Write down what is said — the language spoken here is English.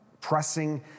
pressing